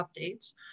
updates